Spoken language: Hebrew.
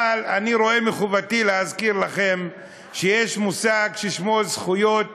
אבל אני רואה מחובתי להזכיר לכם שיש מושג ששמו זכויות